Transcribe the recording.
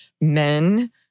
men